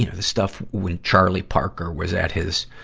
you know the stuff when charlie parker was at his,